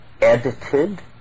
edited